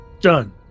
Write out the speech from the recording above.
Done